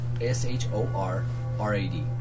S-H-O-R-R-A-D